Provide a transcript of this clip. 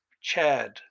Chad